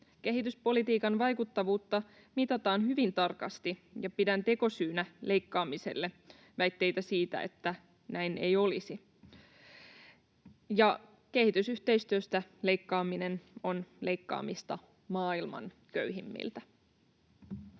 Kehityspolitiikan vaikuttavuutta mitataan hyvin tarkasti, ja pidän tekosyynä leikkaamiselle väitteitä siitä, että näin ei olisi. Ja kehitysyhteistyöstä leikkaaminen on leikkaamista maailman köyhimmiltä.